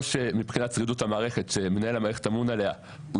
או מבחינת שרידות המערכת שמנהל המערכת אמון עליה,